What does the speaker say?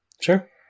Sure